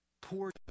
Poor